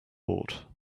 bought